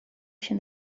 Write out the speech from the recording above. się